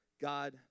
God